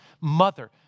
mother